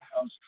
House